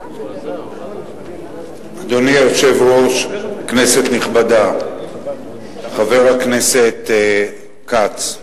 אדוני היושב-ראש, כנסת נכבדה, חבר הכנסת כץ,